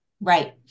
Right